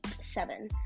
seven